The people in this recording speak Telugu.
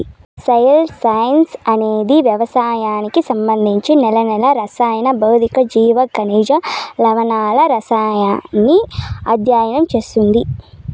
సాయిల్ సైన్స్ అనేది వ్యవసాయానికి సంబంధించి నేలల రసాయన, భౌతిక, జీవ, ఖనిజ, లవణాల సారాన్ని అధ్యయనం చేస్తుంది